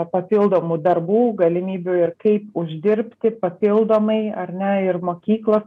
papildomų darbų galimybių ir kaip uždirbti papildomai ar ne ir mokyklos